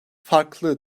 farklı